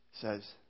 Says